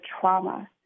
trauma